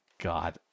God